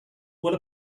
what